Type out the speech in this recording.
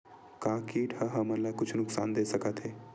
का कीट ह हमन ला कुछु नुकसान दे सकत हे?